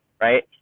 right